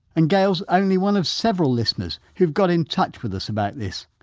and gail's only one of several listeners who've got in touch with us about this.